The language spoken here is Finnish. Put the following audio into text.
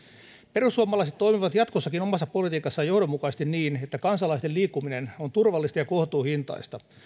perussuomalaiset toimivat jatkossakin omassa politiikassaan johdonmukaisesti niin että kansalaisten liikkuminen on turvallista ja kohtuuhintaista